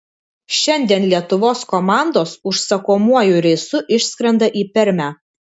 šiandien lietuvos komandos užsakomuoju reisu išskrenda į permę